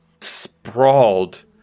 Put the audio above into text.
sprawled